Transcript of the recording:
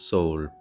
Soul